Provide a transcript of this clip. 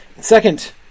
Second